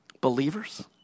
Believers